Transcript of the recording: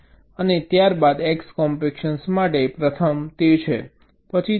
આ x છે અને ત્યારબાદ x કોમ્પેક્શન માટે પ્રથમ છે